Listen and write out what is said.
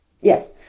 Yes